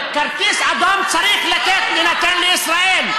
כרטיס אדום צריך להינתן לישראל.